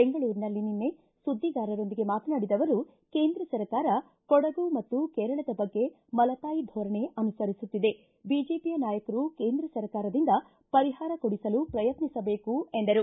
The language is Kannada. ಬೆಂಗಳೂರಿನಲ್ಲಿ ನಿನ್ನೆ ಸುದ್ದಿಗಾರರೊಂದಿಗೆ ಮಾತನಾಡಿದ ಅವರು ಕೇಂದ್ರ ಸರ್ಕಾರ ಕೊಡಗು ಮತ್ತು ಕೇರಳದ ಬಗ್ಗೆ ಮಲತಾಯಿ ಧೋರಣೆ ಅನುಸರಿಸುತ್ತಿದೆ ಬಿಜೆಪಿಯ ನಾಯಕರು ಕೇಂದ್ರ ಸರ್ಕಾರದಿಂದ ಪರಿಹಾರ ಕೊಡಿಸಲು ಪ್ರಯತ್ನಿಸಬೇಕು ಎಂದರು